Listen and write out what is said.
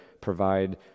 provide